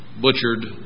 butchered